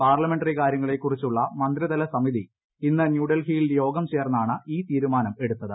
parliamentary കാര്യങ്ങളെ കുറിച്ചുള്ള മന്ത്രിതല സമിതി ഇന്ന് ന്യൂഡൽഹിയിൽ യോഗം ചേർന്നാണ് ഈ തീരുമാനം എടുത്തത്